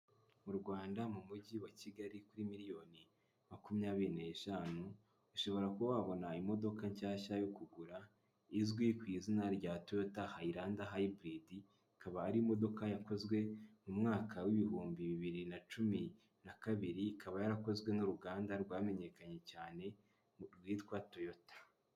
Mu rwanda mu mujyi wa Kigali kuri miliyoni makumyabiri n'eshanu, ushobora kuba wabona imodoka nshyashya yo kugura, izwi ku izina rya toyota hayilanda hayiburidi, ikaba ari imodoka yakozwe mu mwaka w'ibihumbi bibiri na cumi na kabiri, ikaba yarakozwe n'uruganda rwamenyekanye cyane rwitwa Toyota.